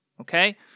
okay